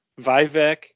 vivek